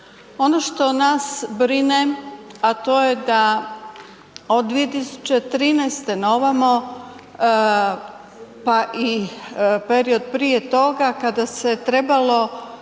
Ono što nas brine, a to je da od 2013. na ovamo pa i period prije toga kada se trebalo